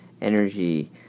energy